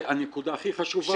והנקודה הכי חשובה